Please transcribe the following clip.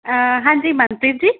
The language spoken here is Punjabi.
ਹਾਂਜੀ ਮਨਪ੍ਰੀਤ ਜੀ